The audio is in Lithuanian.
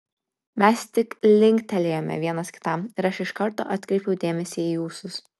mes tik linktelėjome vienas kitam ir aš iš karto atkreipiau dėmesį į ūsus